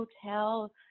hotel